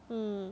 mm